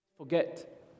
forget